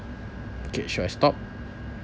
okay sure stop